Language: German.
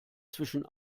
zwischen